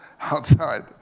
outside